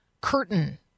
curtain